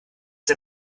der